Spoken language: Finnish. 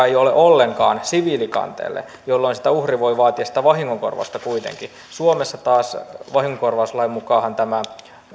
ei ole ollenkaan siviilikanteelle jolloin uhri voi vaatia sitä vahingonkorvausta kuitenkin suomessa taas vahingonkorvauslain mukaanhan tämä